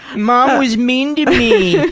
mom was mean to me.